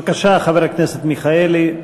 בבקשה, חבר הכנסת מיכאלי.